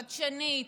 חדשנית,